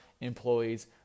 employees